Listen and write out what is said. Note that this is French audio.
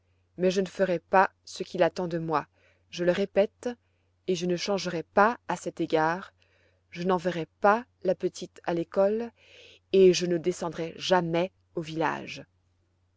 mais je ne ferai pas ce qu'il attend de moi je le répète et je ne changerai pas à cet égard je n'enverrai pas la petite à l'école et je ne descendrai jamais au village